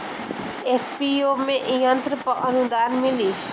FPO में यंत्र पर आनुदान मिँली?